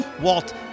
Walt